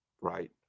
right